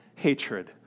hatred